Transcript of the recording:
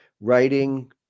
writing